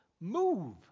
move